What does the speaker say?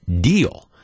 deal